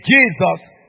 Jesus